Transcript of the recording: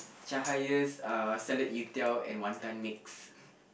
Cahaya's uh Salad You-tiao and Wanton mixed